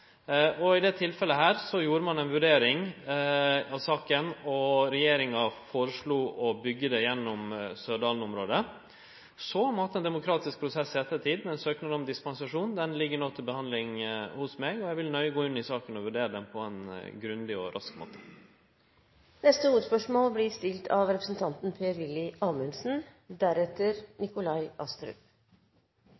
I dette tilfellet gjorde ein ei vurdering i saka, og regjeringa foreslo å byggje det gjennom Sørdalen-området. Så måtte ein ha ein demokratisk prosess i ettertid, med ein søknad om dispensasjon. Den ligg nå til behandling hos meg, og eg vil gå nøye inn i saka og vurdere ho på ein grundig og rask